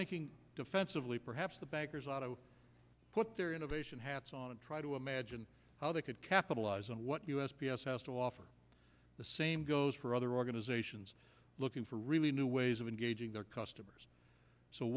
thinking defensively perhaps the bankers ought to put their innovation hats on and try to imagine how they could capitalize on what u s p s has to offer the same goes for other organizations looking for really new ways of engaging their customers so